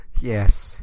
Yes